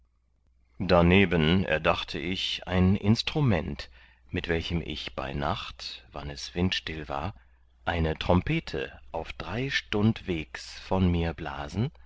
darneben erdachte ich ein instrument mit welchem ich bei nacht wann es windstill war eine trompete auf drei stund wegs von mir blasen